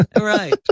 Right